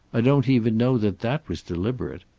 i don't even know that that was deliberate.